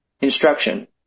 instruction